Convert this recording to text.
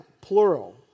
plural